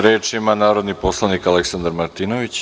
Reč ima narodni poslanik Aleksandar Martinović.